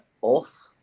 off